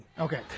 Okay